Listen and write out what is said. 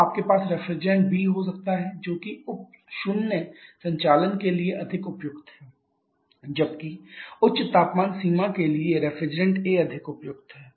अब आपके पास रेफ्रिजरेंट B हो सकता है जो कि उप शून्य संचालन के लिए अधिक उपयुक्त है जबकि उच्च तापमान सीमा के लिए रेफ्रिजरेंट A अधिक उपयुक्त है